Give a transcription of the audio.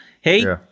hey